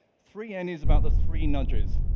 three n is about the three nudges.